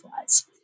flies